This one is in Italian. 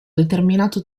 determinato